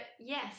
yes